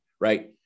right